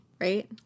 right